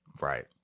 Right